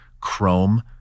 chrome